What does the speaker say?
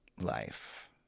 life